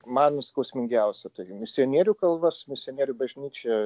man skausmingiausia tai misionierių kalvas misionierių bažnyčia